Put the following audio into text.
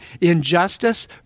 injustice